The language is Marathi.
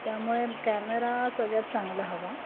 त्यामुळे कॅमेरा सगळ्यात चांगला हवा